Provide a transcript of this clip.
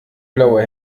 blaue